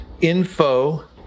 info